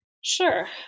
Sure